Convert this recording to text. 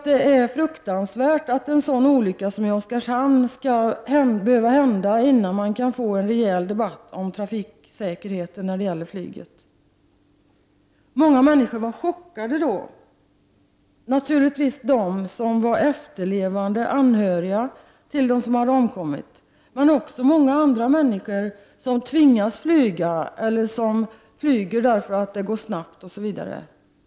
Det är fruktansvärt att en sådan olycka som den i Oskarshamn skall behöva hända innan man kan få en rejäl debatt om trafiksäkerheten när det gäller flyget. Många människor var chockade då, i synnerhet de som var efterlevande anhöriga till de omkomna, men också många andra människor i Sverige som nästan dagligen tvingas flyga eller som flyger därför att det går snabbt osv.